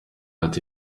ati